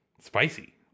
Spicy